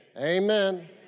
Amen